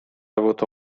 avuto